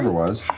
was.